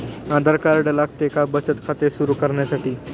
आधार card लागते का बचत खाते सुरू करण्यासाठी?